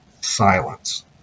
silence